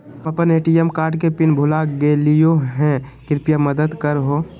हम अप्पन ATM card के पिन भुला गेलिओ हे कृपया मदद कर हो